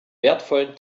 wertvollen